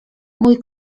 mój